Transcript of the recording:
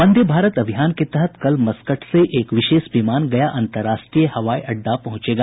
वंदे भारत अभियान के तहत कल मस्कट से एक विशेष विमान गया अन्तर्राष्ट्रीय हवाई अड्डा पहुंचेगा